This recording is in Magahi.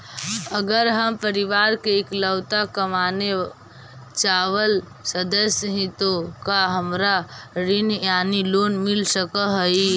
अगर हम परिवार के इकलौता कमाने चावल सदस्य ही तो का हमरा ऋण यानी लोन मिल सक हई?